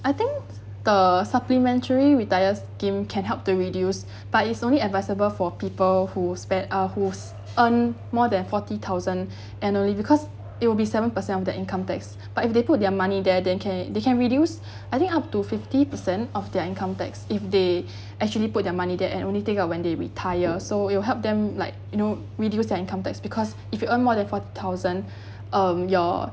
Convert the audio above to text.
I think the supplementary retire scheme can help to reduce but it's only advisable for people who spent ah who's earned more than forty thousand annually because it will be seven per cent of the income tax but if they put their money there then can they can reduce I think up to fifty percent of their income tax if they actually put their money there and only take out when they retire so it'll help them like you know reduce their income tax because if you earn more than forty thousand um your